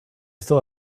still